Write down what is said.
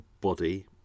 body